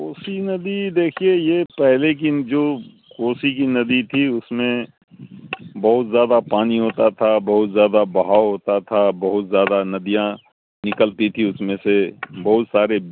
کوسی ندی دیکھیے یہ پہلے کی جو کوسی کی ندی تھی اس میں بہت زیادہ پانی ہوتا تھا بہت زیادہ بہاؤ ہوتا تھا بہت زیادہ ندیاں نکلتی تھیں اس میں سے بہت سارے